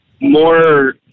more